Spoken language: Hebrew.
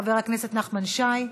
חבר הכנסת נחמן שי,